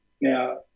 Now